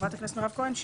חברת הכנסת מירב כהן.